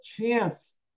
chance